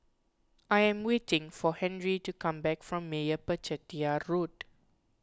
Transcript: I am waiting for Henry to come back from Meyappa Chettiar Road